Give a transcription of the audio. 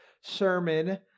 sermon